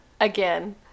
Again